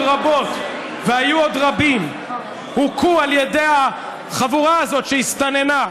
היו עוד רבות והיו עוד רבים שהוכו על ידי החבורה הזאת שהסתננה.